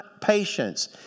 patience